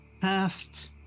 past